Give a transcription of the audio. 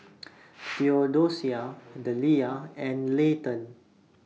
Theodosia Deliah and Layton